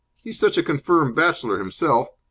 he's such a confirmed bachelor himself.